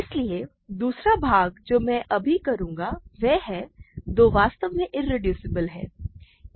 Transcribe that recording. इसलिए दूसरा भाग जो मैं अभी करूंगा वह है 2 वास्तव में इरेड्यूसिबल है